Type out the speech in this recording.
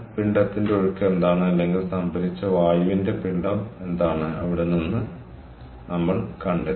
പിണ്ഡത്തിന്റെ ഒഴുക്ക് എന്താണ് അല്ലെങ്കിൽ സംഭരിച്ച വായുവിന്റെ പിണ്ഡം എന്താണ് അവിടെ നിന്ന് നമ്മൾ കണ്ടെത്തി